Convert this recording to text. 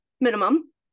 minimum